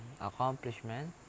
accomplishment